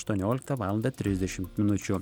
aštuonioliktą valandą trisdešimt minučių